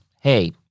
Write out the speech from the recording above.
hey